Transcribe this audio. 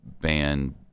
band